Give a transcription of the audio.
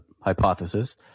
hypothesis